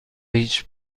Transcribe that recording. هیچ